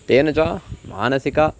तेन च मानसिकं